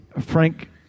Frank